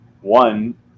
One